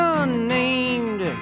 unnamed